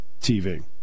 tv